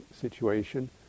situation